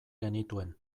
genituen